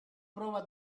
prova